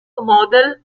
model